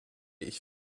ich